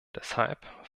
deshalb